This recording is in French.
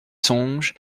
songes